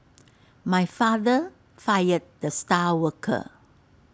my father fired the star worker